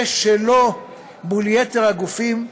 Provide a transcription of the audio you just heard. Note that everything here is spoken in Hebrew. ושלו מול יתר הגופים,